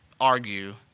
argue